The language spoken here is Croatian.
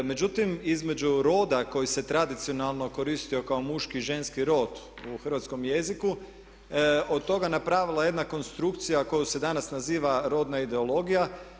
Međutim između roda koji se tradicionalno koristio kao muški i ženski rod u hrvatskom jeziku od toga napravila jedna konstrukcija koju se danas naziva rodna ideologija.